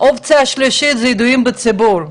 האפשרות השלישית היא ידועים בציבור,